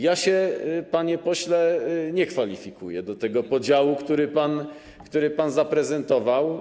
Ja się, panie pośle, nie kwalifikuję do tego podziału, który pan zaprezentował.